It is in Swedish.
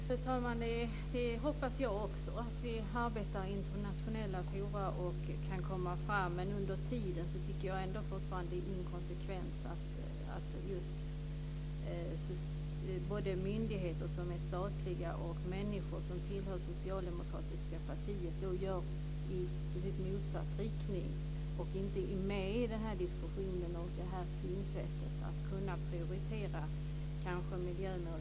Fru talman! Också jag hoppas på att vi arbetar i internationella forum och kan komma fram. Ändå tycker jag att det är inkonsekvent att både statliga myndigheter och människor som tillhör det socialdemokratiska partiet under tiden handlar i precis motsatt riktning och inte är med i den här diskussionen och när det gäller synsättet kring att kanske mer prioritera miljömålen.